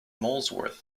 molesworth